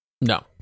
No